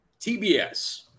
tbs